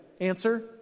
Answer